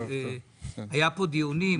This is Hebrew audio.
היו פה דיונים.